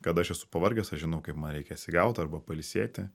kada aš esu pavargęs aš žinau kaip man reikia atsigaut arba pailsėti